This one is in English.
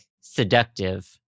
seductive